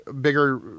bigger